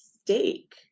steak